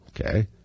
Okay